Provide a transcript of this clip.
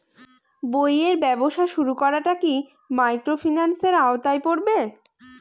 বইয়ের ব্যবসা শুরু করাটা কি মাইক্রোফিন্যান্সের আওতায় পড়বে?